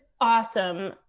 awesome